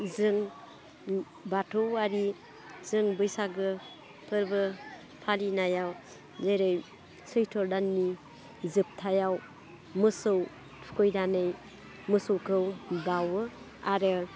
जों बाथौवारि जों बैसागो फोरबो फालिनायाव जेरै सैत्र' दाननि जोबथायाव मोसौ थुखैनानै मोसौखौ बावो आरो